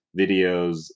videos